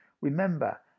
remember